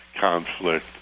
conflict